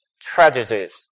tragedies